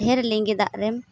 ᱰᱷᱮᱨ ᱞᱤᱸᱜᱤ ᱫᱟᱜ ᱨᱮᱢ